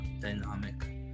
dynamic